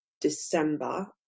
December